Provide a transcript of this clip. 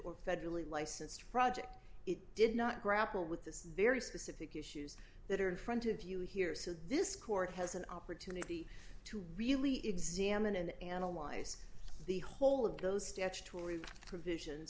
or federally licensed project it did not grapple with this very specific issues that are in front of you here so this court has an opportunity to really examine and analyze the whole of those